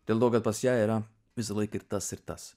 dėl to kad pas ją yra visąlaik ir tas ir tas